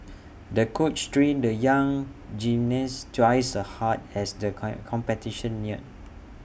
the coach trained the young gymnast twice A hard as the come competition neared